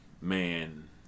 man